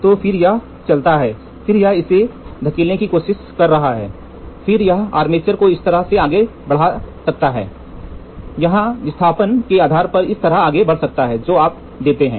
तो फिर यहां यह चलता है फिर यह इस को धकेलने की कोशिश कर रहा है फिर यह आर्मेचर इस तरह से आगे बढ़ सकता है या यह विस्थापन के आधार पर इस तरह आगे बढ़ सकता है जो आप देते हैं